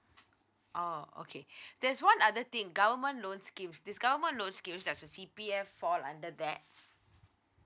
oh okay there's one other thing government loan scheme this government loan scheme does the C_P_F fall under that